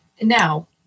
now